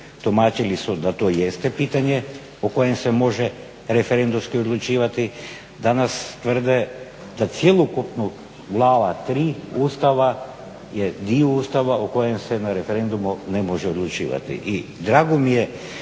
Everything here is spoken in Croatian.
tumačili su da to jeste pitanje o kojem se može referendumski odlučivati. Danas tvrde da cjelokupno Glava III. Ustava je dio Ustava o kojem se na referendumu ne može odlučivati.